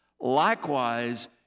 Likewise